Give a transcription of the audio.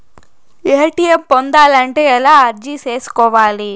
ATM పొందాలంటే ఎలా అర్జీ సేసుకోవాలి?